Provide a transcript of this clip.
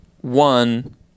one